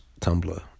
Tumblr